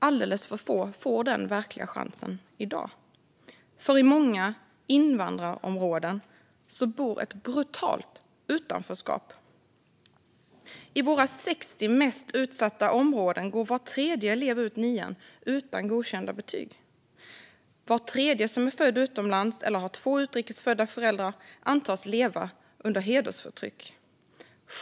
Alldeles för få får den verkliga chansen i dag, för i många invandrarområden bor ett brutalt utanförskap. I våra 60 mest utsatta områden går var tredje elev ut nian utan godkända betyg. Var tredje person som är född utomlands eller har två utrikes födda föräldrar antas leva under hedersförtryck.